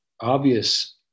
obvious